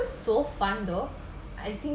so fun though I think